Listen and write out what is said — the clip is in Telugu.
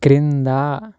క్రింద